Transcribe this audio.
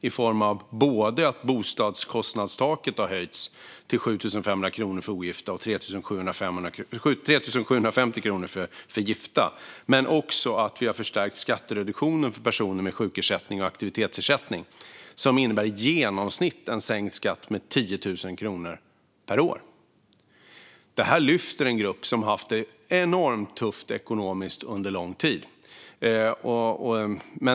Det handlar om höjt bostadskostnadstak till 7 500 kronor för ogifta och 3 750 kronor för gifta och förstärkt skattereduktion, vilket innebär en sänkt skatt med i genomsnitt 10 000 kronor per år. Detta lyfter en grupp som har haft det enormt tufft ekonomiskt under lång tid.